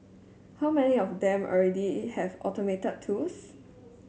how many of them already have automated tools